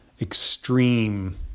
extreme